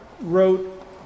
wrote